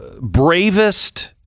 bravest